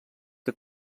que